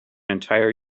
entire